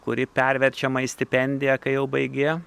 kuri perverčiama į stipendiją kai jau baigi